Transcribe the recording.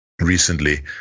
recently